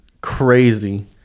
crazy